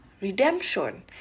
redemption